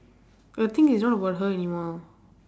the thing is not about her anymore